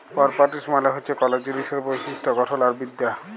properties মালে হছে কল জিলিসের বৈশিষ্ট গঠল আর বিদ্যা